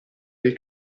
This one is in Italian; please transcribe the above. dei